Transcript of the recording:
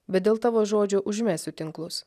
bet dėl tavo žodžio užmesiu tinklus